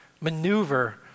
maneuver